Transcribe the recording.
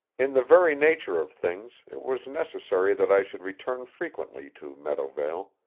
in the very nature of things it was necessary that i should return frequently to meadowvale,